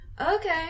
Okay